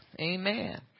Amen